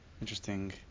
Interesting